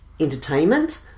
Entertainment